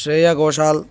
Shreya Ghoshal